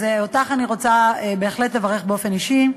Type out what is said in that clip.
אז אותך אני רוצה בהחלט לברך באופן אישי,